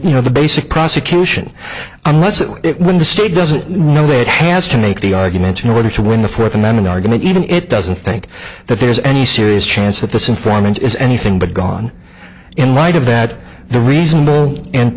you know the basic prosecution unless it when the state doesn't know it has to make the arguments in order to win the fourth amendment argument even if it doesn't think that there's any serious chance that this informant is anything but gone in light of that the reasonable and